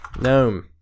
gnome